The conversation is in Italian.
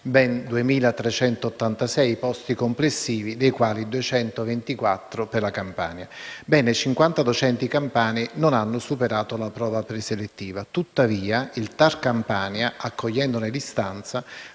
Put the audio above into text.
ben 2.386 i posti complessivi, di cui 224 per la Campania. Bene, 50 docenti campani non hanno superato la prova preselettiva. Tuttavia, il TAR Campania, accogliendone l'istanza,